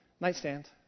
Nightstand